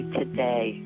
today